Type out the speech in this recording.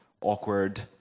awkward